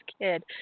kid